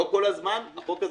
לא כל הזמן החוק הזה,